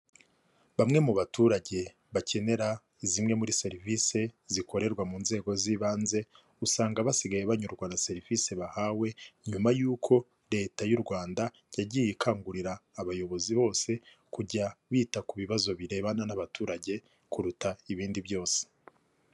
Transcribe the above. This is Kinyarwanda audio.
Bamwe mu baturage bakenera zimwe muri serivise zikorerwa mu nzego z'ibanze usanga basigaye banyurwa na serivise bahawe nyuma y'uko leta y'u Rwanda yagiye ikangurira abayobozi bose kujya bita ku bibazo birebana n'abaturage kuruta ibindi byose.